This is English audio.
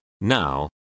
now